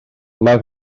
mae